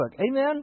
Amen